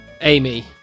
Amy